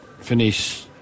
finish